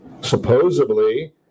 supposedly